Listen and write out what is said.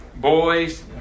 boys